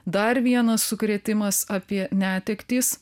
dar vienas sukrėtimas apie netektis